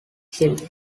silver